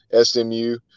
SMU